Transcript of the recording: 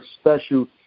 special